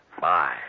Bye